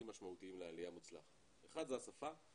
הכי משמעותיים לעלייה מוצלחת השפה,